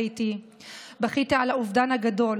בכיתי על האובדן הגדול,